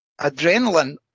adrenaline